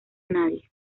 nadie